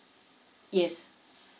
yes